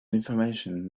information